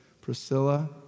Priscilla